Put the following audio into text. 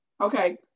Okay